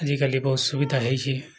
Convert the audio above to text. ଆଜିକାଲି ବହୁତ ସୁବିଧା ହେଇଛି